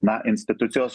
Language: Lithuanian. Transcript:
na institucijos